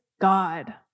God